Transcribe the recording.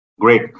Great